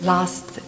Last